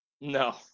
No